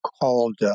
called